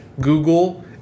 Google